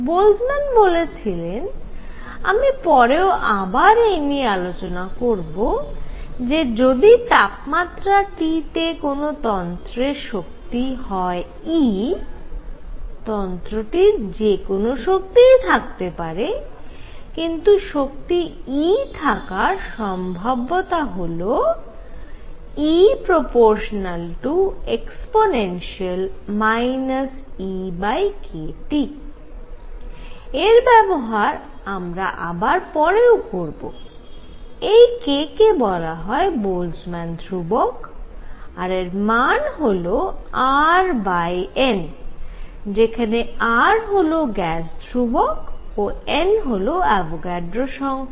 Boltzmann বলেছিলেন আমি পরেও আবার এই নিয়ে আলোচনা করব যে যদি তাপমাত্রা Tতে কোন তন্ত্রের শক্তি হয় E তন্ত্রটির যে কোন শক্তি থাকতেই পারে কিন্তু শক্তি E থাকার সম্ভাব্যতা হল E∝e EkT এর ব্যবহার আমরা আবার পরেও করব এই k কে বলা হয় বোলজম্যান ধ্রুবক এর মান হল R N যেখানে R হল গ্যাস ধ্রুবক ও N হল অ্যাভোগাড্রো সংখ্যা